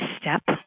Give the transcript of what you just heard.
step